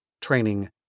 training